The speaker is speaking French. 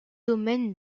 domaines